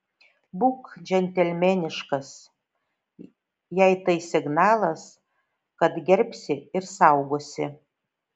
būk džentelmeniškas jai tai signalas kad gerbsi ir saugosi